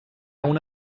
una